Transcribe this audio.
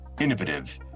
innovative